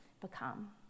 become